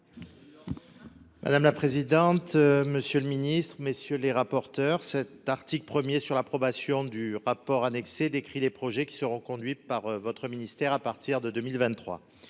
Madame la présidente, monsieur le Ministre, messieurs les rapporteurs cet article 1er sur l'approbation du rapport annexé décrit les projets qui seront conduites par votre ministère, à partir de 2023